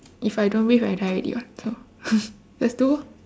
if I don't breathe I die already [what] so just do lor